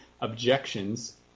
objections